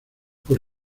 por